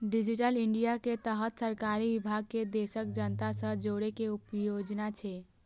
digital India के तहत सरकारी विभाग कें देशक जनता सं जोड़ै के योजना छै